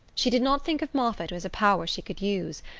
she did not think of moffatt as a power she could use,